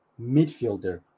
midfielder